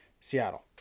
Seattle